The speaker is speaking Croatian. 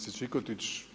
Čikotić.